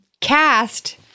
Cast